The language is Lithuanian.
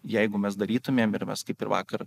jeigu mes darytumėm ir mes kaip ir vakar